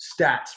stats